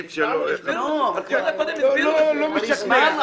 זה לא משכנע.